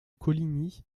coligny